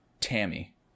tammy